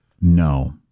No